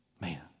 Man